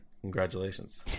Congratulations